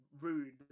rude